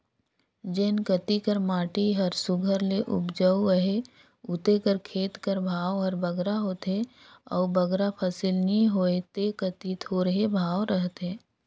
जेन कती कर माटी हर सुग्घर ले उपजउ अहे उते कर खेत कर भाव हर बगरा होथे अउ बगरा फसिल नी होए ते कती थोरहें भाव रहथे